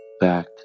back